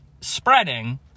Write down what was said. spreading